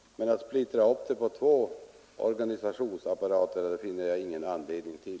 Att splittra upp kurserna på två organisationsapparater finner jag ingen anledning till.